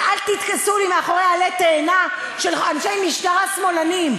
ואל תתכסו לי מאחורי עלה תאנה של אנשי משטרה שמאלנים,